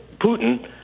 Putin